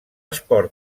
esport